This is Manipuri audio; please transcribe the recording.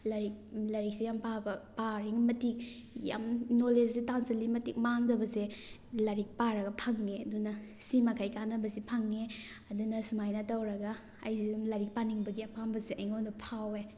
ꯂꯥꯏꯔꯤꯛ ꯂꯥꯏꯔꯤꯛꯁꯤ ꯌꯥꯝ ꯄꯥꯕ ꯄꯥꯔꯤ ꯃꯇꯤꯛ ꯌꯥꯝ ꯅꯣꯂꯦꯖꯁꯦ ꯇꯥꯟꯁꯤꯜꯂꯤ ꯃꯇꯤꯛ ꯃꯥꯡꯗꯕꯁꯦ ꯂꯥꯏꯔꯤꯛ ꯄꯥꯔꯒ ꯐꯪꯉꯦ ꯑꯗꯨꯅ ꯁꯤꯃꯈꯩ ꯀꯥꯟꯅꯕꯁꯤ ꯐꯪꯉꯦ ꯑꯗꯨꯅ ꯁꯨꯃꯥꯏꯅ ꯇꯧꯔꯒ ꯑꯩꯁꯦ ꯁꯨꯝ ꯂꯥꯏꯔꯤꯛ ꯄꯥꯅꯤꯡꯕꯒꯤ ꯑꯄꯥꯝꯕꯁꯦ ꯑꯩꯉꯣꯟꯗ ꯐꯥꯎꯋꯦ